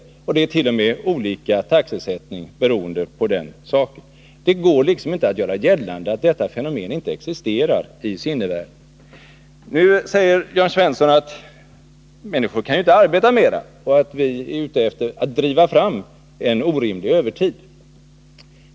Det förekommer t.o.m. olika taxesättning, beroende på den saken. Det går inte att göra gällande att detta fenomen inte existerar i sinnevärlden. Jörn Svensson säger att människor inte kan arbeta mera och att vi moderater är ute efter att driva fram en orimlig övertid.